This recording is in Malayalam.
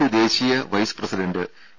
പി ദേശീയ വൈസ് പ്രസിഡണ്ട് എ